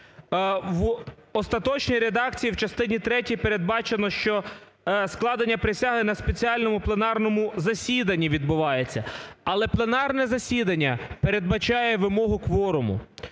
в остаточній редакції в частині третій передбачено, що складення присяги на спеціальному пленарному засіданні відбувається. Але пленарне засідання передбачає вимогу кворуму.